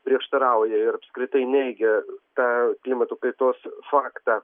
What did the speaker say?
prieštarauja ir apskritai neigia tą klimato kaitos faktą